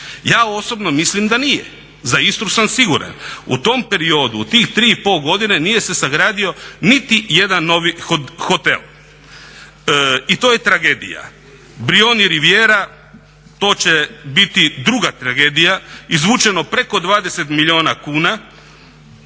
Ja osobno mislim da nije, za Istru sam siguran. U tom periodu od tih tri i pol godine nije se sagradio niti jedan novi hotel i to je tragedija. Brijuni riviera to će biti druga tragedija, izvučeno preko 20 milijuna kuna,